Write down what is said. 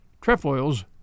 trefoils